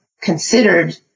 considered